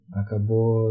acabou